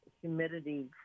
humidity